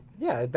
yeah, but